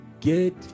get